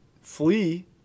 flee